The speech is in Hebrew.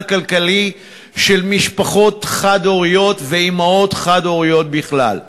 הכלכלי של משפחות חד-הוריות ואימהות חד-הוריות בכלל.